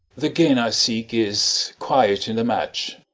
the gain i seek is, quiet in the match.